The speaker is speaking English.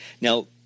Now